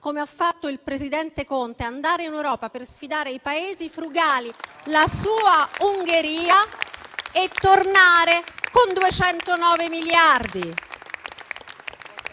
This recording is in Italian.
come ha fatto il presidente Conte, e andare in Europa per sfidare i Paesi frugali, la sua Ungheria e tornare con 209 miliardi.